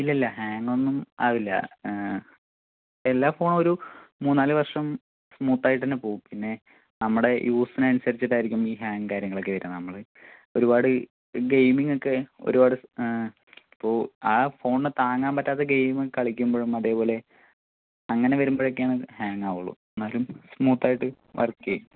ഇല്ലില്ല ഹാങ്ങൊന്നും ആകില്ല എല്ലാ ഫോണും ഒരു മൂന്നാലുവർഷം സ്മൂത്തായിട്ട് തന്നെ പോവും പിന്നെ നമ്മുടെ യുസിനൻസരിച്ചിട്ടായിരിക്കും ഈ ഹാങും കാര്യങ്ങളൊക്കെ വരുന്നത് നമ്മള് ഒരുപാട് ഗെയിമിംഗ് ഒക്കെ ഒരുപാട് ഇപ്പോൾ ആ ഫോണിന് താങ്ങാൻപറ്റാത്ത ഗെയിമ് കളിക്കുമ്പഴും അതേപോലെ അങ്ങനെ വരുമ്പോഴൊക്കെയാണ് ഹാങാവുകയുള്ളു എന്നാലും സ്മൂത്തായിട്ട് വർക്ക് ചെയ്യും